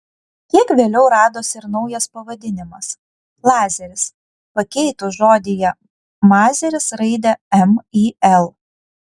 kiek vėliau radosi ir naujas pavadinimas lazeris pakeitus žodyje mazeris raidę m į l